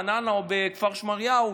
רעננה או כפר שמריהו,